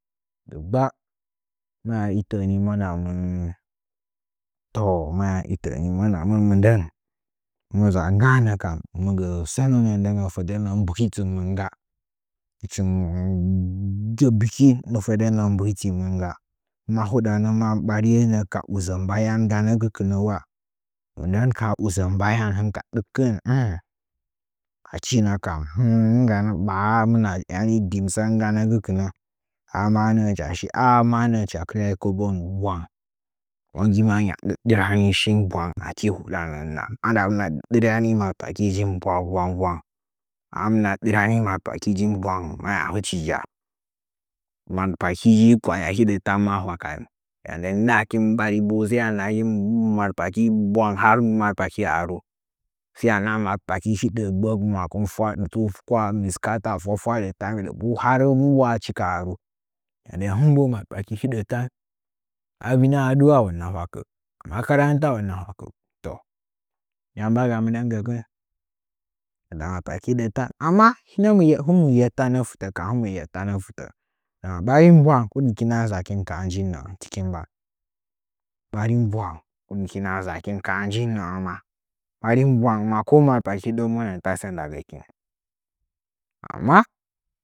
Digba maya itə’ə na mwanamɨn to maya itə’ə ni mwanamɨn mɨndən mɨ nza ga’əngən nəkam mɨgə sənə nə’ə fədə mbuhitɨmin ngga hɨchimi gə biki fədə nə’ə mbuhitimɨn ngga hɨchin mɨ ga biki fədə nə’ə mbuhi timɨn ngga ma huɗa maa ɓariye nəꞌə ka udzə mbayan ganə kɨkɨnəʊa mɨndən ka udzə mbayan hɨhɨn dɨkkɨn aki nəkam hɨnnə ganə mgba’aməəa himna nə’ə hɨchashi ‘aa mga nə’ə hicha shi kobon bwang məgi maa hɨngya dɨrani shin bwanga aki huda nə andamna dɨnyani matpakijen bwang bwang ahɨmna dɨryani matpakejen bwang hɨchi ja nla pakijing hidə tan maa hwakanə ya nden ndɨdangəkin ɓari saiyanahakin matpaki bwang har matpaki haaru sai ya naha matpaki hidə, gbək, mwakɨn, fwal tut kwah, mɨskaata, fwa fwaɗə faambiɗə, pu har mbuulachi ka haayaru ya nden hɨn bo malpaki hiɗətan avinə adu’a hɨna hwakə ani akarantau hina hʊakə yam mbanga mɨndən gəkin ma matpaki hedənlan amma hɨn mɨ yetsana fɨtə ndan kam hɨn mɨ yettana fitə ndama ɓarin bwang huɗa anzakin ka haa njiinə nə’ə tɨkin mban ɓarin bwang huɗakim anzakinnə amma ɓarin bwang ma ko matpakihidəunəngən tasə ndagəkin amma.